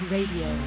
Radio